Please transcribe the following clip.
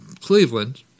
Cleveland